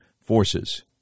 forces